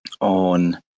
on